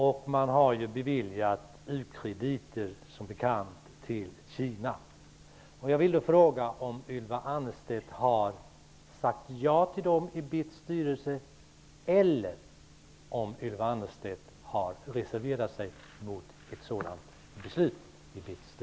Man har som bekant beviljat u-krediter till Kina. Jag vill fråga om Ylva Annerstedt har sagt ja till dem i BITS styrelse eller om hon har reserverat sig mot ett sådant beslut.